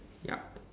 yup